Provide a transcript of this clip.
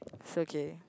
okay